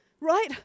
right